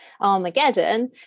Armageddon